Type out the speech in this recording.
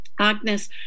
Agnes